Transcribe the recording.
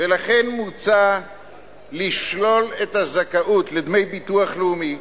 לכן מוצע לשלול את הזכאות לדמי ביטוח לאומי